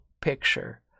picture